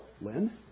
Lynn